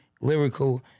lyrical